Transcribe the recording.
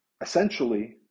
essentially